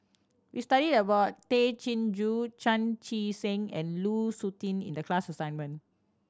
we studied about Tay Chin Joo Chan Chee Seng and Lu Suitin in the class assignment